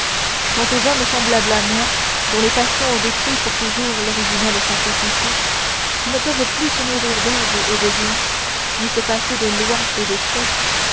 quant aux hommes semblables à moi dont les passions ont détruit pour toujours l'originelle simplicité qui ne peuvent plus se nourrir d'herbe et de gland ni se passer de lois et de chefs